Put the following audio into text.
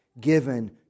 given